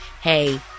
hey